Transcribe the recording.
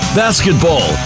basketball